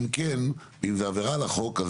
אם זה עבירה על החוק,